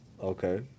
Okay